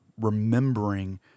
remembering